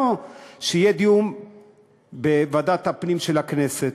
שיהיה דיון בוועדת הפנים של הכנסת.